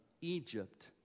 Egypt